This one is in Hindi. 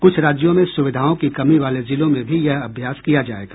कुछ राज्यों में सुविधाओं की कमी वाले जिलों में भी यह अभ्यास किया जाएगा